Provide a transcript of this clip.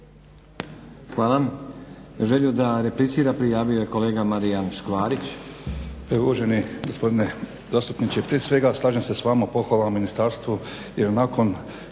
Hvala. Želju da replicira prijavio je kolega Marijan Škvarić. **Škvarić, Marijan (HNS)** Uvažani gospodine zastupniče prije svega slažem se s vama pohvalama ministarstvu jer nakon